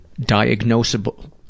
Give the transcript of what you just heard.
diagnosable